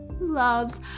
Loves